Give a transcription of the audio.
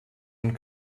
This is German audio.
und